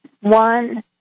One